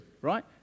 right